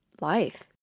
life